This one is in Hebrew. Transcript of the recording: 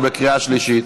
הוא בקריאה שלישית.